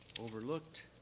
overlooked